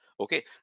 Okay